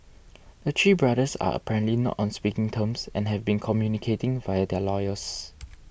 the Chee brothers are apparently not on speaking terms and have been communicating via their lawyers